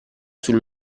sul